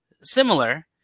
similar